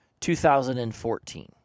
2014